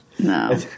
No